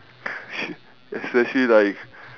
shit especially like